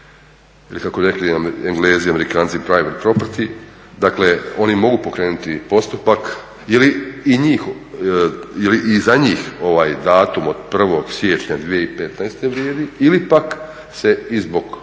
ili kako rekli Englezi i Amerikanci private property dakle oni mogu pokrenuti postupak ili i za njih datum od 1.siječnja 2015.vrijedi ili pak se i zbog